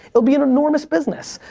it'll be an enormous business,